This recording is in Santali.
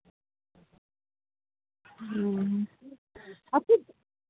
ᱦᱩᱸ